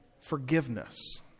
forgiveness